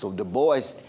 so du bois,